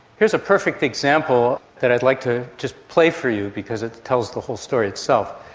here is a perfect example that i'd like to just play for you because it tells the whole story itself.